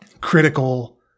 critical